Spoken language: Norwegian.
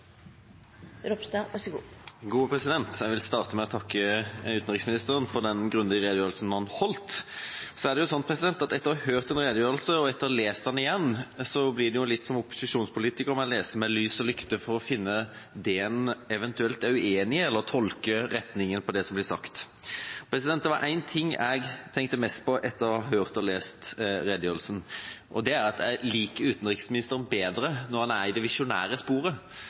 Jeg vil starte med å takke utenriksministeren for den grundige redegjørelsen han holdt. Så er det jo slik at etter å ha hørt en redegjørelse og etter å ha lest den igjen blir det litt slik at som opposisjonspolitiker leter en med lys og lykte for å finne det en eventuelt er uenig i – eller en tolker retningen på det som blir sagt. Det var én ting jeg tenkte mest på etter at jeg hadde hørt og lest redegjørelsen, og det var at jeg liker utenriksministeren bedre når han er i det visjonære sporet,